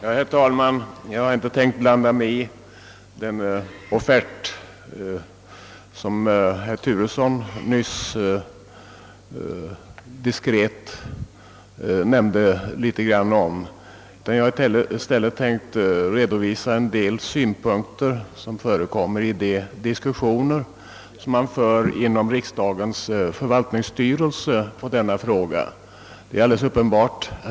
Herr talman! Jag tänker inte beröra den offert som herr Turesson nyss diskret lämnade. Jag skall i stället redovisa en del synpunkter på denna fråga som framkommit i de diskussioner som förts inom riksdagens förvaltningsstyrelse.